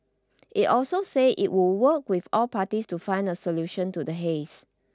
it also said it would work with all parties to find a solution to the haze